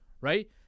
right